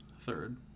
Third